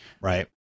right